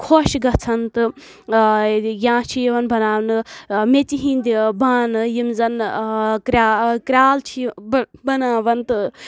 خوش گژھان تہٕ یا چھِ یوان بناونہٕ میٚژِ ہنٛدۍ بانہٕ یم زن کر کرٛال چھِ بناوان تہٕ